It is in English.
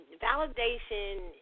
validation